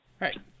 Right